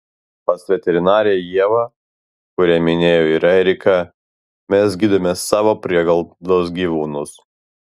pas veterinarę ievą kurią minėjo ir erika mes gydome savo prieglaudos gyvūnus